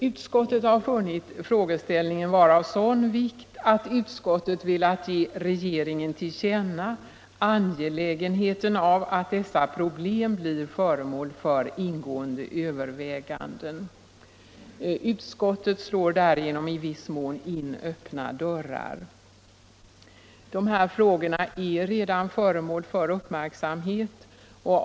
Utskottet har funnit frågeställningen vara av sådan vikt att utskottet velat ge regeringen till känna angelägenheten av att dessa problem blir föremål för ingående överväganden. Utskottet slår därigenom i viss mån in öppna dörrar. Dessa frågor är redan föremål för uppmärksamhet.